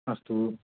अस्तु